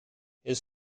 his